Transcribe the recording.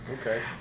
Okay